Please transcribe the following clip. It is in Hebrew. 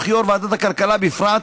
וכיו"ר ועדת הכלכלה בפרט,